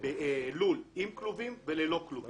לול עם כלובים וללא כלובים.